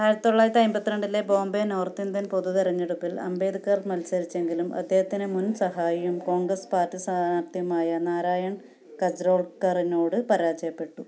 ആയിരത്തി തൊള്ളായിരത്തി അമ്പത്തി രണ്ടിലെ ബോംബെ നോർത്ത് ഇന്ത്യൻ പൊതു തിരഞ്ഞെടുപ്പിൽ അംബേദ്കർ മത്സരിച്ചെങ്കിലും അദ്ദേഹത്തിന് മുൻ സഹായിയും കോൺഗ്രസ് പാർട്ടി സ്ഥാനാർത്ഥിയുമായ നാരായൺ കജ്റോൾക്കറിനോട് പരാജയപ്പെട്ടു